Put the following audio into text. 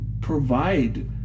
provide